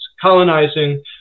colonizing